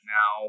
now